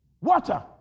Water